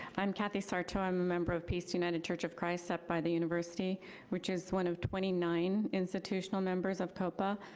i'm kathy sarto. i'm a member of peace united church of christ up by the university which is one of twenty nine institutional members of copa,